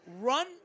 run